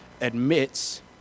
admits